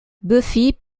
buffy